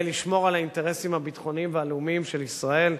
לשמור על האינטרסים הביטחוניים והלאומיים של ישראל,